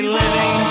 living